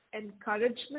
encouragement